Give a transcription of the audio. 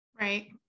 Right